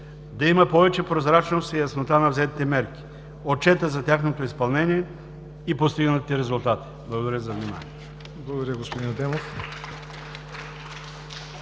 да има повече прозрачност и яснота на взетите мерки, отчета за тяхното изпълнение и постигнатите резултати. Благодаря за вниманието.